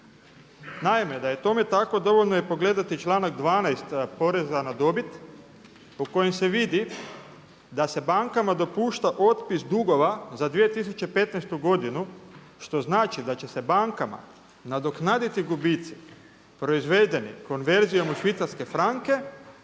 Naime, da je tome tako dovoljno je pogledati članak 12. poreza na dobit po kojem se vidi da se bankama dopušta otpis dugova za 2015. godinu što znači da će se bankama nadoknaditi gubici proizvedeni konverzijom u švicarske franke